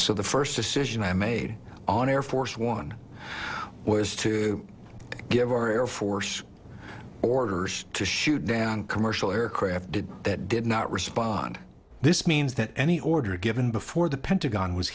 so the first decision i made on air force one was to give our air force orders to shoot down commercial aircraft that did not respond this means that any order given before the pentagon was